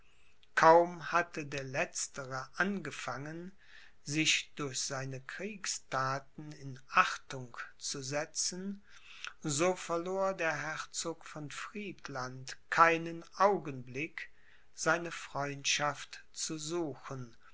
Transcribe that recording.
kaum hatte der letztere angefangen sich durch seine kriegsthaten in achtung zu setzen so verlor der herzog von friedland keinen augenblick seine freundschaft zu suchen